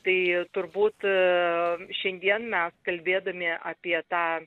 tai turbūt šiandien mes kalbėdami apie tą